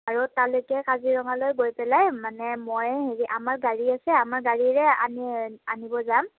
আৰু তালৈকে কাজিৰঙালৈ গৈ পেলাই মানে মই হেৰি আমাৰ গাড়ী আছে আমাৰ গাড়ীৰে আনি আনিব যাম